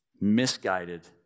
misguided